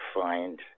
find